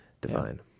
divine